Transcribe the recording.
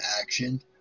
action